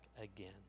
again